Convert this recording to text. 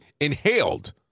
inhaled